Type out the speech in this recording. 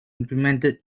implemented